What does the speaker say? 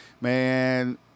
man